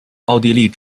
奥地利